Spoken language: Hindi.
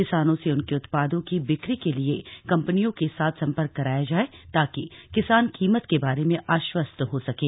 किसानों से उनके उत्पादों की बिक्री के लिए कम्पनियों के साथ संपर्क कराया जाए ताकि किसान कीमत के बारे में आश्वस्त हो सकें